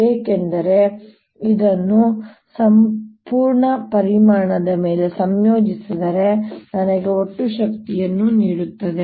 ಏಕೆಂದರೆ ಇದನ್ನು ಸಂಪೂರ್ಣ ಪರಿಮಾಣದ ಮೇಲೆ ಸಂಯೋಜಿಸಿದರೆ ನನಗೆ ಒಟ್ಟು ಶಕ್ತಿಯನ್ನು ನೀಡುತ್ತದೆ